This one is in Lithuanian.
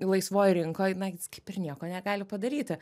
laisvoj rinkoj na jis kaip ir nieko negali padaryti